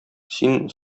син